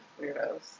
weirdos